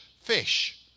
fish